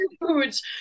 huge